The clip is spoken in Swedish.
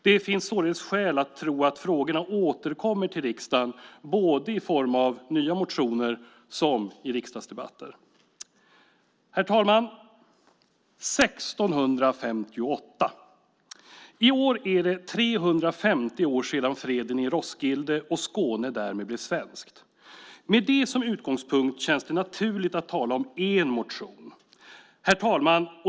Det finns således skäl att tro att frågorna återkommer till riksdagen, både i form av nya motioner och i riksdagsdebatter. Herr talman! I år är det 350 år sedan freden i Roskilde 1658 och Skåne blev svenskt. Med det som utgångspunkt känns det naturligt att tala om en viss motion. Herr talman!